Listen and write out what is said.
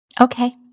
Okay